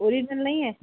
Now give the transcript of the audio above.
original नाही आहे